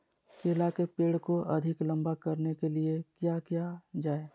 केला के पेड़ को अधिक लंबा करने के लिए किया किया जाए?